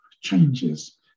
changes